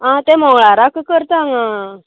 आं तें मंगळाराक करता हांगा